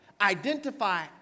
identify